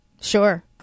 Sure